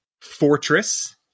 fortress